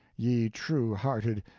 ye true-hearted,